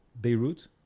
Beirut